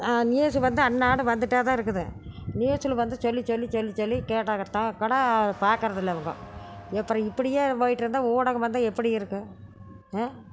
news வந்து அன்றாடம் வந்துகிட்டே தான் இருக்குது நியூஸில் வந்து சொல்லி சொல்லி சொல்லி சொல்லி கேட்டாங்கன்னால்கூட பார்க்கறதில்ல இவங்க அப்றம் இப்டியே போயிட்டிருந்தா ஊடகம் வந்து எப்படி இருக்கும் ம்